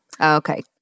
okay